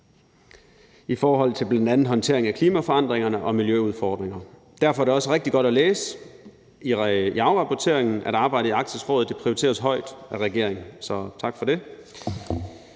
i forhold til bl.a. håndteringen af klimaforandringerne og miljøudfordringerne. Derfor er det også rigtig godt at læse i afrapporteringen, at arbejdet i Arktisk Råd prioriteres højt af regeringen, så tak for det.